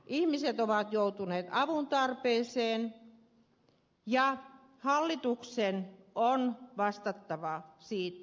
ihmiset ovat joutuneet avun tarpeeseen ja hallituksen on vastattava siitä